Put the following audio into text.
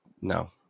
no